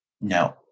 No